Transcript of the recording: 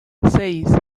seis